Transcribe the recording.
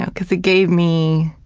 and cuz it gave me